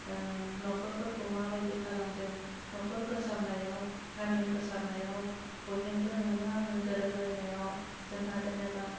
ओह नखरफोरखौ माबायदि खालामदों नखर फोसाबनायाव गामि फोसाबनायाव बयजोंबो नोंजों आंजों गोरोबलायनायाव जोंहा जेनेबा